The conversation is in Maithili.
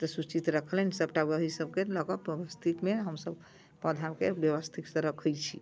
तऽ सूचित रखलनि सबटा ओहिसबके लऽ कऽ परिस्थितिमे हमसब पौधाके बेबस्थितसँ रखै छी